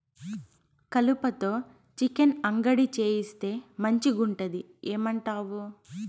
కలుపతో చికెన్ అంగడి చేయిస్తే మంచిగుంటది ఏమంటావు